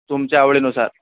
तुमच्या आवडीनुसार